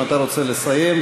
אם אתה רוצה נסיים,